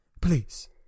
please